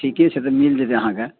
ठीके छै तऽ मिल जेतै अहाँकऽ